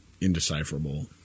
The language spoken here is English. indecipherable